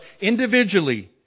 individually